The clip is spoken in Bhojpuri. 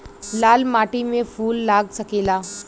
लाल माटी में फूल लाग सकेला?